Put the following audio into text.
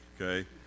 Okay